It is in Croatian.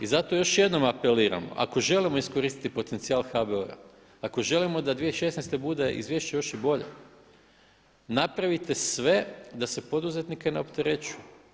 I zato još jednom apeliram ako želimo iskoristiti potencijal HBOR-a, ako želimo da 2016. bude izvješće još i bolje napravite sve da se poduzetnike ne opterećuje.